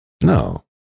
No